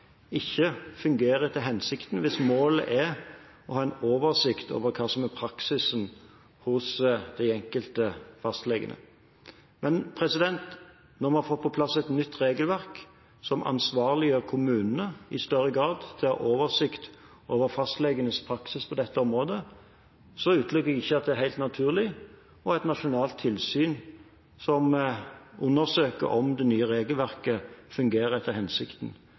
ikke fungerer etter hensikten hvis målet er å ha en oversikt over hva som er praksisen hos de enkelte fastlegene. Men når vi har fått på plass et nytt regelverk som ansvarliggjør kommunene i større grad til å ha oversikt over fastlegenes praksis på dette området, utelukker jeg ikke at det er helt naturlig å ha et nasjonalt tilsyn som undersøker om det nye regelverket fungerer etter hensikten.